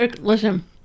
Listen